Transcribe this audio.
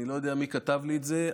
אני לא יודע מי כתב לי את זה,